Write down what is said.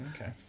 Okay